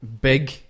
big